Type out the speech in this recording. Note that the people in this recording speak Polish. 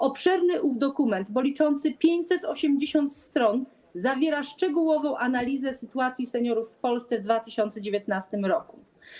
Obszerny ów dokument, bo liczący 580 stron, zawiera szczegółową analizę sytuacji seniorów w Polsce w 2019 r.